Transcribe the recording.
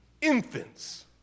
Infants